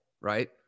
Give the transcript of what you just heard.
right